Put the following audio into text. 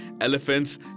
elephants